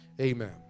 Amen